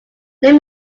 let